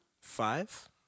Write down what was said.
Five